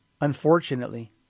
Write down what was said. unfortunately